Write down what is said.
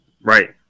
Right